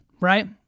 right